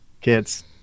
kids